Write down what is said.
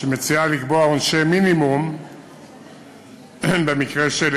שמציעה לקבוע עונשי מינימום במקרה של